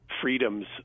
freedoms